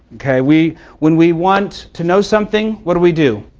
ok we when we want to know something, what do we do?